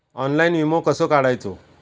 Online विमो कसो काढायचो?